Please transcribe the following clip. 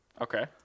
Okay